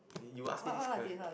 did you ask me this ques~